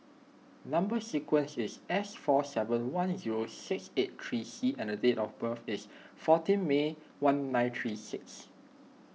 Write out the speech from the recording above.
Number Sequence is S four seven one zero six eight three C and date of birth is fourteen May one nine three six